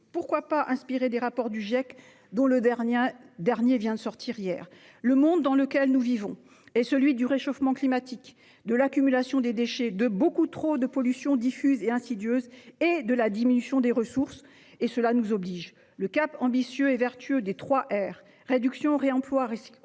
pourquoi pas, inspiré des rapports du Giec, dont le dernier a été rendu public hier ? Le monde dans lequel nous vivons, celui du réchauffement climatique, de l'accumulation des déchets, de trop nombreuses pollutions diffuses et insidieuses, et de la diminution des ressources nous oblige. Le cap ambitieux et vertueux des « trois R »- réduction, réemploi, recyclage